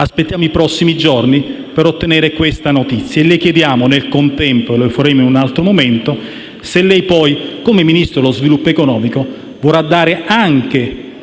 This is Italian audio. Aspettiamo i prossimi giorni per ottenere la notizia e le chiediamo nel contempo, ma lo faremo anche in un altro momento, se come Ministro dello sviluppo economico vorrà dare